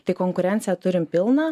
tai konkurenciją turim pilną